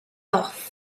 off